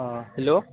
ହଁ ହେଲୋ